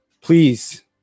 please